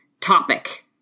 topic